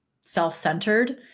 self-centered